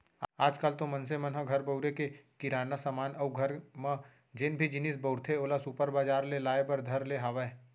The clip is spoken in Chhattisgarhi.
आज काल तो मनसे मन ह घर बउरे के किराना समान अउ घर म जेन भी जिनिस बउरथे ओला सुपर बजार ले लाय बर धर ले हावय